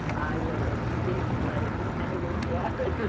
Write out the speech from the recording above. i wrote a stinging letter to senator javits